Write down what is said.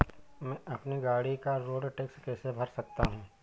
मैं अपनी गाड़ी का रोड टैक्स कैसे भर सकता हूँ?